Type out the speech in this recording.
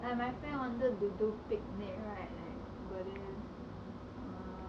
ya that's true like my friend wanted to do picnic right